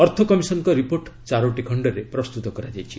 ଅର୍ଥ କମିଶନ୍ଙ୍କ ରିପୋର୍ଟ ଚାରୋଟି ଖଣ୍ଡରେ ପ୍ରସ୍ତୁତ କରାଯାଇଛି